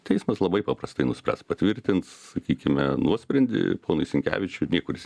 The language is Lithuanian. teismas labai paprastai nuspręs patvirtins sakykime nuosprendį ponui sinkevičiui kuris